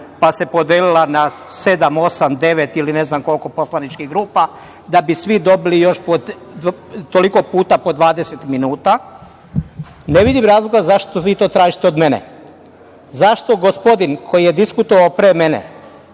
pa se podelila sedam, osam, devet ili ne znam koliko poslaničkih grupa da bi svi dobili toliko puta po 20 minuta. Ne vidim razlog zašto vi to tražite od mene? Zašto gospodin koji je diskutovao pre mene